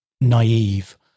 naive